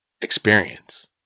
experience